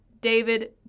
David